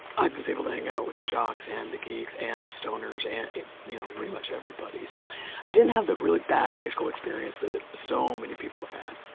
i was able to hang out with the jocks and the geeks and the stoners and pretty much everybody. so i didn't have a really bad high school experience that so many people have had.